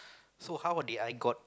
so how what did I got